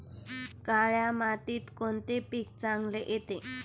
काळ्या मातीत कोणते पीक चांगले येते?